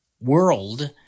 world